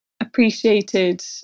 appreciated